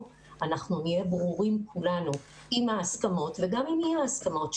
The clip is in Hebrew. אנחנו נהיה ברורים כולנו עם ההסכמות וגם עם אי ההסכמות,